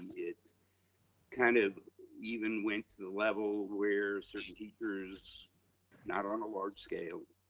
it kind of even went to the level where certain teachers not on a large scale